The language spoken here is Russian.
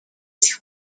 сих